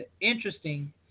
interesting